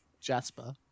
Jasper